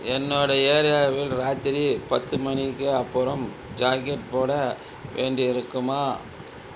என்னோடய ஏரியாவில் ராத்திரி பத்து மணிக்கு அப்பறம் ஜாக்கெட் போட வேண்டியிருக்குமா